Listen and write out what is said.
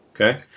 Okay